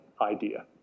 idea